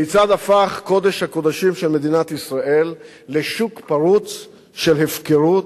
כיצד הפך קודש הקודשים של מדינת ישראל לשוק פרוץ של הפקרות?